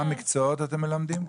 אותם מקצועות אתם מלמדים?